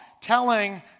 telling